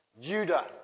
Judah